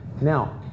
Now